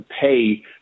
pay